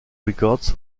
records